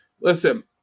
Listen